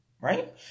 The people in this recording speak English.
Right